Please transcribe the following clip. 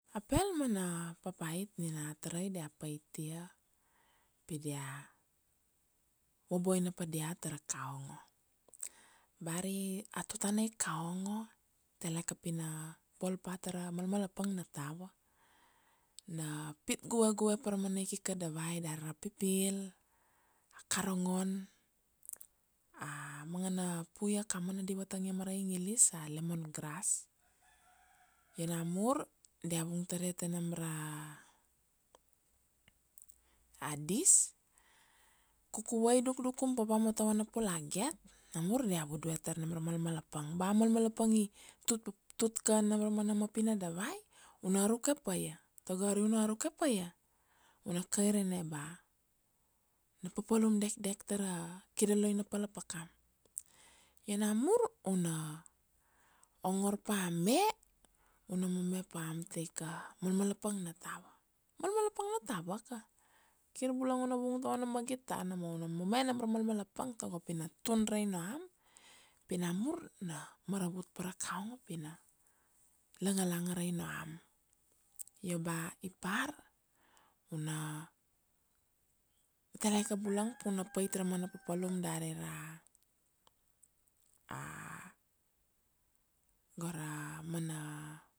A pel mana papait nina a tarai dia patia, pi dia vaboina pa diat tara kaongo. Bari a tutana i kaongo, tele ke pina bol pa tara malmalapang na tawa, na pit guegue para mana ikika dawai dara a pipil, a karangon, a mana puia ka mana di vatangia mara ingilis a lemon grass, io namur dia vung taria ta nam ra a a dis, kukuvei dukduk kum papa ma tavana pulaget, namur dia vuduve tar nam ra malmalapang ba malmalapang tut ken nam ra mana mapina dawai, una ruka paia, togo ari una ruka paia, una kairene ba na papalum dekdek tara kidoloina pa la pakam. Io namur una ongor pa me, una mome pa am taika malmalapang na tawa, malmalapang na tawa ka, kir bulang una vung tovana magit tana ma una mome nom ra malmalapang togo ina tun ra inoam, pina namur na maravut para kaongo pina langalanga ra inoam, io ba ipar una tele ke bulung pa una pait ra mana popolum dari ra gora mana